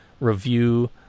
review